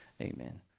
Amen